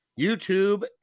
YouTube